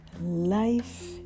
life